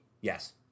Yes